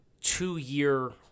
two-year